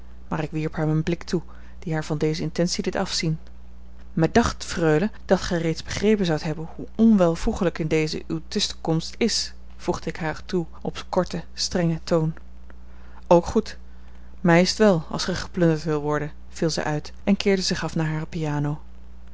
maar ik wierp haar een blik toe die haar van deze intentie deed afzien mij dacht freule dat gij reeds begrepen zoudt hebben hoe onwelvoegelijk in dezen uwe tusschenkomst is voegde ik haar toe op korten strengen toon ook goed mij is t wel als gij geplunderd wilt worden viel zij uit en keerde zich af naar hare piano